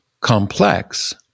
complex